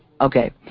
Okay